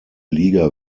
liga